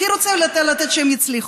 הכי רוצים לתת, שהם יצליחו,